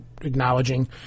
acknowledging